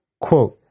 Quote